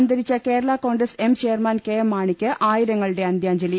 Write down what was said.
അന്തരിച്ച Kerala Congress M chairman K M മാണിക്ക് ആയിരങ്ങളുടെ അന്ത്യാഞ്ജലി